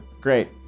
Great